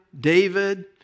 David